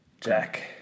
Jack